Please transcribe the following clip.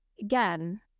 again